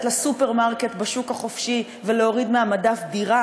לסופרמרקט בשוק החופשי ולהוריד מהמדף דירה,